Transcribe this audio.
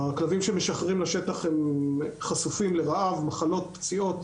הכלבים שמשחררים לשטח חשופים לרעב, מחלות ופציעות.